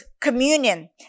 communion